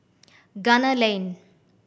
Gunner Lane